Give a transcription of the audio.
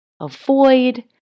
avoid